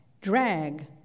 Drag